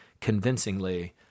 convincingly